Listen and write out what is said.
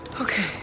Okay